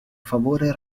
favore